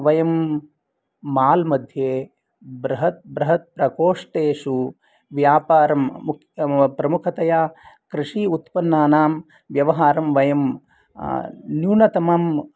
वयं माल् मध्ये बृहत्बृहत्प्रकोष्टेषु व्यापारं प्रमुखतया कृषि उत्पन्नानां व्यवहारं वयं न्यूनतमं